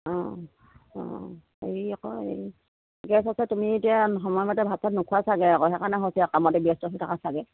অঁ অঁ হেৰি আক এই ঠিকে আছে আছে তুমি এতিয়া সময়মতে ভাত চাত নোখোৱা চাগে আকৌ সেইকাৰণে হৈছে কামতে ব্যস্ত হৈ থাকা চাগে